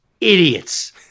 idiots